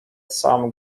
some